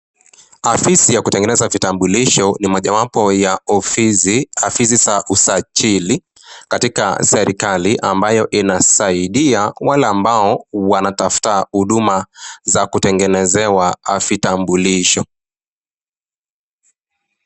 Afisi ya kutengeneza vitambulisho ni moja wapo ya afisi za usajili katika serikali ambayo inasaidia wale ambao wanatafuta huduma ya kutengenezewa vitambulisho.